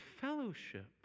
fellowship